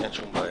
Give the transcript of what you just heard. אין שום בעיה.